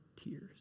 tears